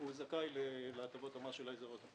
הוא זכאי להטבות המס של האזור הזה.